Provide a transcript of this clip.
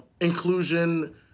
inclusion